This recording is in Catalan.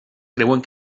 creuen